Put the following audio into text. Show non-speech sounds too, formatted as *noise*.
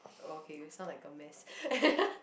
okay you sound like a mess *laughs*